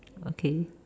okay